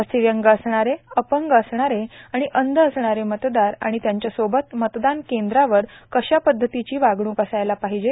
अस्थिव्यंग असणारे अपंग असणारे व अंध असणारे मतदार व त्यांच्यासोबत मतदान केंद्रावर कशा पद्धतीची वागणूक असायला पाहिजे